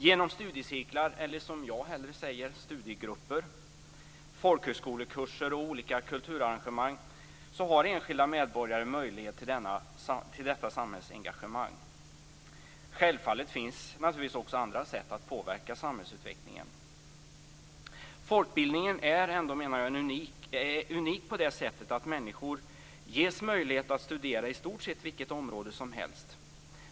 Genom studiecirklar eller, som jag hellre säger, studiegrupper, folkhögskolekurser och olika kulturarrangemang har enskilda medborgare möjlighet till detta samhällsengagemang. Självfallet finns naturligtvis också andra sätt att påverka samhällsutvecklingen. Folkbildningen är ändå, menar jag, unik på det sättet att människor ges möjlighet att studera i stort sett vilket område som helst.